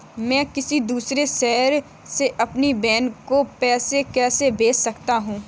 मैं किसी दूसरे शहर से अपनी बहन को पैसे कैसे भेज सकता हूँ?